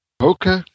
Okay